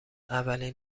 اولین